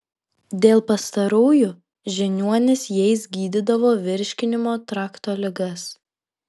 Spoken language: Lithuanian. dėl pastarųjų žiniuonys jais gydydavo virškinimo trakto ligas